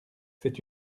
c’est